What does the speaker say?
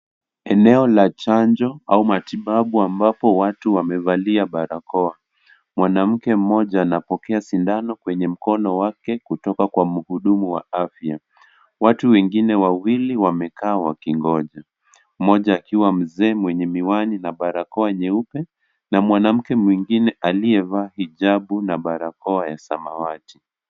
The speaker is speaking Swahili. Eneo la chanjo au matibabu ambapo watu wamevalia barakoa . Mwanamke mmoja anapokea sindano kwenye mkono wake kutoka Kwa mhudumu wa afya . Watu wengine wawili wamekaa wakingoja ,mmoja akiwa mzee mwenye miwani na barakoa nyeupe na mwanamke mwingine aliyevaa hijabu na barakoa ya samawati.